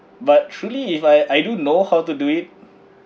but truly if I I do know how to do it